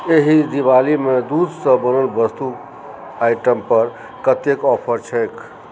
एहि दिवालीमे दूधसँ बनल वस्तु आइटम पर कतेक ऑफर छैक